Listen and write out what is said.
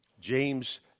James